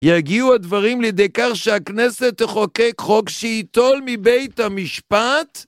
יגיעו הדברים לידי כך שהכנסת תחוקק חוק שיטול מבית המשפט?